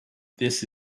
this